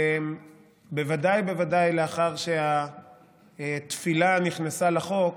בוודאי ובוודאי לאחר שהתפילה נכנסה לחוק,